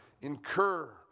incur